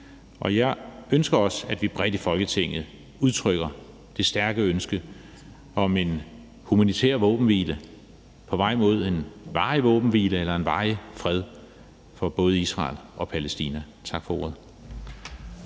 Jeg ønsker også, at vi bredt i Folketinget udtrykker det stærke ønske om en humanitær våbenhvile på vej mod en varig våbenhvile eller en varig fred for både Israel og Palæstina. Tak for ordet.